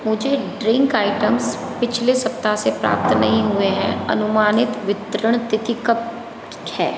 मुझे drink items पिछले सप्ताह से प्राप्त नहीं हुए हैं अनुमानित वितरण तिथि कब है